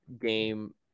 game